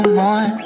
more